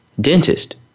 dentist